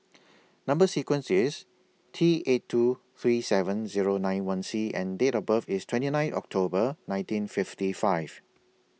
Number sequence IS T eight two three seven Zero nine one C and Date of birth IS twenty nine October nineteen fifty five